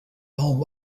home